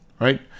right